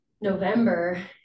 November